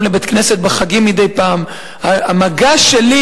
לבית-כנסת בחגים מדי פעם המגע שלי,